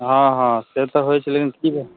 हँ हँ से तऽ होइ छलै लेकिन किएक